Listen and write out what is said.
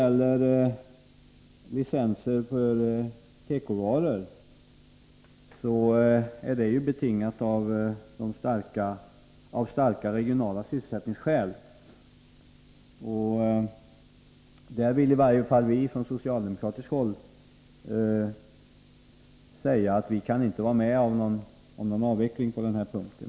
Licenstvånget för tekovaror är betingat av starka regionala sysselsättningsskäl. Från socialdemokratiskt håll kan vi inte vara med om någon avveckling på denna punkt.